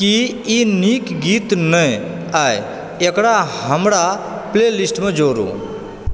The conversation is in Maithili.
की ई नीक गीत नै अय एकरा हमरा प्ले लिस्ट मे जोड़ू